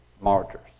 martyrs